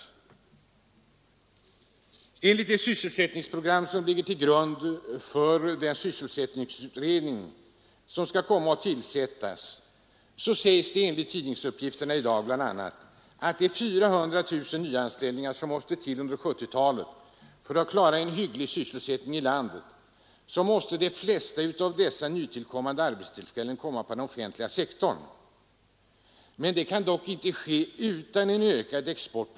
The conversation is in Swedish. Det sysselsättningsprogram som ligger till grund för den sysselsättningsutredning som skall tillsättas förutsätter enligt tidningsuppgifter i dag att det måste till 400 000 nya anställningar under 1970-talet för att vi skall klara en hygglig sysselsättning i landet. De flesta av dessa nya arbeten måste komma på den offentliga sektorn. Detta kan dock inte ske utan en ökad export.